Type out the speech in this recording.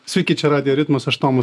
sveiki čia radijo ritmas aš tomas